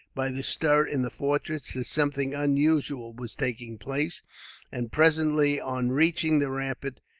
by the stir in the fortress, that something unusual was taking place and presently, on reaching the rampart,